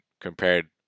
compared